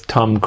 Tom